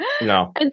No